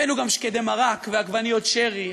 הבאנו גם שקדי מרק ועגבניות שרי.